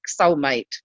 soulmate